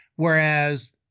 Whereas